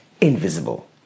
invisible